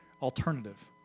alternative